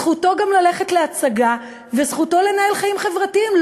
זכותו גם ללכת להצגה וזכותו לנהל גם חיים חברתיים,